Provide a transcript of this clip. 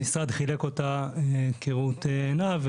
המשרד חילק אותה כראות עיניו,